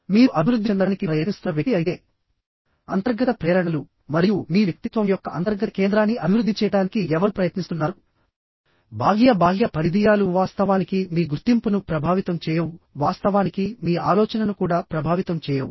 మీరు అభివృద్ధి చెందడానికి ప్రయత్నిస్తున్న వ్యక్తి అయితే అంతర్గత ప్రేరణలు మరియు మీ వ్యక్తిత్వం యొక్క అంతర్గత కేంద్రాన్ని అభివృద్ధి చేయడానికి ఎవరు ప్రయత్నిస్తున్నారు బాహ్య బాహ్య పరిధీయాలు వాస్తవానికి మీ గుర్తింపును ప్రభావితం చేయవు వాస్తవానికి మీ ఆలోచనను కూడా ప్రభావితం చేయవు